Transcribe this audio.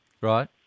Right